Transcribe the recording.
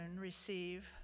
receive